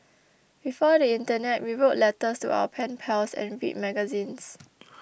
before the internet we wrote letters to our pen pals and read magazines